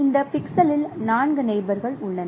இந்த பிக்சலில் 4 நெயிபோர் உள்ளன